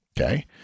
okay